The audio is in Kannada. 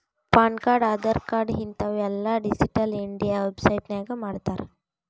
ಪಾನ್ ಕಾರ್ಡ್, ಆಧಾರ್ ಕಾರ್ಡ್ ಹಿಂತಾವ್ ಎಲ್ಲಾ ಡಿಜಿಟಲ್ ಇಂಡಿಯಾ ವೆಬ್ಸೈಟ್ ನಾಗೆ ಮಾಡ್ತಾರ್